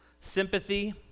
sympathy